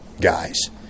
guys